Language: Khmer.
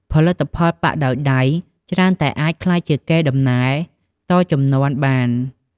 ផលិតផលប៉ាក់ដោយដៃច្រើនតែអាចក្លាយជាកេរដំណែលតជំនាន់បាន។